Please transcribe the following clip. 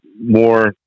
more